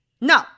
No